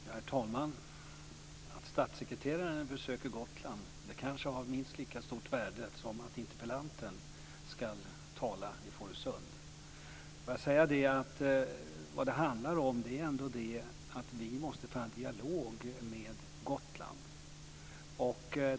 Herr talman! Att statssekreteraren besöker Gotland är kanske av minst lika stort värde som att interpellanten ska tala i Fårösund. Vad det handlar om är att vi måste föra en dialog med Gotland.